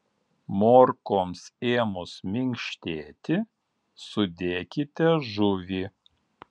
morkoms ėmus minkštėti sudėkite žuvį